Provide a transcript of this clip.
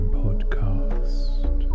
podcast